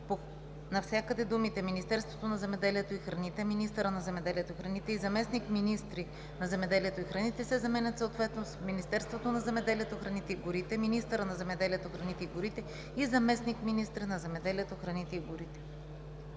навсякъде думите „Министерството на земеделието и храните“, „министъра на земеделието и храните“ и „заместник-министри на земеделието и храните“ се заменят съответно с „Министерството на земеделието, храните и горите“, „министъра на земеделието, храните и горите“ и „заместник-министри на земеделието, храните и горите“.“